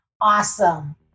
Awesome